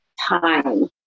time